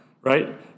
right